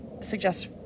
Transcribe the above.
suggest